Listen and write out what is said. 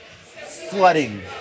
flooding